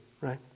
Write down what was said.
right